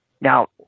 Now